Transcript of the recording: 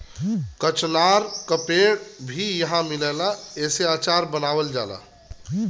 कचनार के पेड़ भी इहाँ मिलेला एसे अचार बनावल जाला